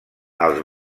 els